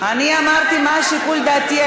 אני אמרתי מה שיקול דעתי.